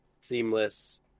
seamless